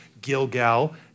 Gilgal